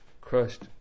crushed